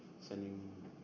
sending